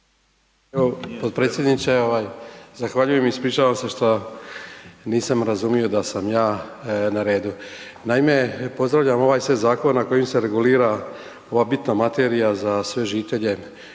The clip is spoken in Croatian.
potpredsjedniče ovaj zahvaljujem, ispričavam se što nisam razumio da sam ja na redu. Naime, pozdravljam ovaj sve zakone kojima se regulira ova bitna materijal za sve žitelje